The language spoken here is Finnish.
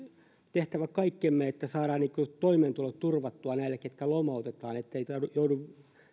tehtävä kaikkemme että saadaan toimeentulo turvattua näille ketkä lomautetaan etteivät he joudu